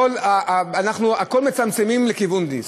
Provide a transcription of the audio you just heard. אנחנו הכול מצמצמים לכיוון דיסק.